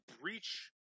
breach